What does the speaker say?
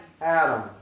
Adam